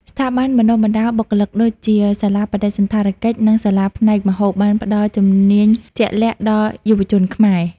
ស្ថាប័នបណ្តុះបណ្តាលបុគ្គលិកដូចជា សាលាបដិសណ្ឋារ និងសាលាផ្នែកម្ហូបបានផ្ដល់ជំនាញជាក់លាក់ដល់យុវជនខ្មែរ។